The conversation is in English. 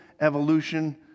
evolution